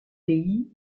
pays